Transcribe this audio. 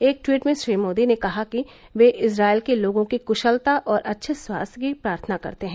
एक ट्वीट में श्री मोदी ने कहा कि वे इम्राइल के लोगों की कुशलता और अच्छे स्वास्थ्य की प्रार्थना करते हैं